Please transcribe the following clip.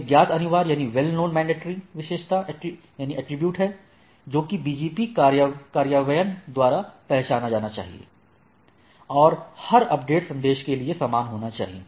एक ज्ञात अनिवार्य विशेषता एट्रिब्यूट है जोकि सभी BGP कार्यान्वयन द्वारा पहचाना जाना चाहिए और हर अपडेट संदेश के लिए समान होना चाहिए